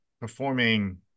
performing